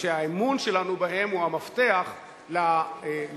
והאמון שלנו בהן הוא המפתח לקיומן,